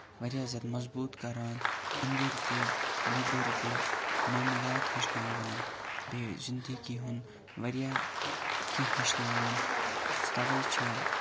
واریاہ زیادٕ مَضبوط کران أنٛدٕرۍ تہِ نیٚبٕرۍ تہِ ماملات ہیٚچھناوان بیٚیہِ زِنٛدگی ہُنٛد واریاہ کیٚنٛہہ ہیٚچھناوان تَوَے چھِ